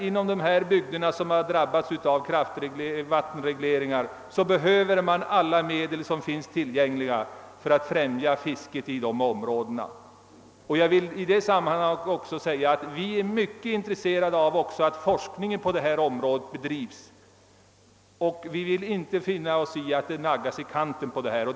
Inom de bygder som drabbats av vattenregleringar behöver man emellertid alla medel som finns tillgängliga för att främja fisket. Jag vill i detta sammanhang framhålla att vi också är mycket intresserade av att forskning bedrives på detta område, och vi vill inte finna oss i att medlen naggas i kanten.